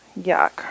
Yuck